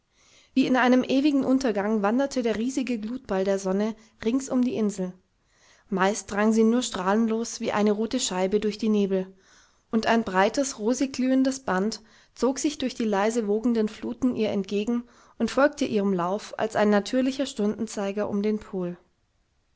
wie in einem ewigen untergang wanderte der riesige glutball der sonne rings um die insel meist drang sie nur strahlenlos wie eine rote scheibe durch die nebel und ein breites rosig glühendes band zog sich durch die leise wogenden fluten ihr entgegen und folgte ihrem lauf als ein natürlicher stundenzeiger um den pol